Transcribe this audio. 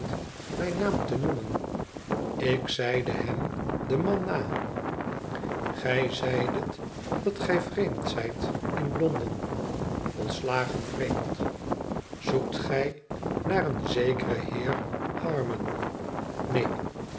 mijn naam te noemen ik zeide hem den man na gij zeidet dat gij vreemd zijt in londen volslagen vreemd zoekt gij naar een zekeren heer harmon